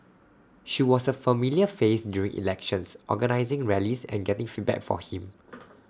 she was A familiar face during elections organising rallies and getting feedback for him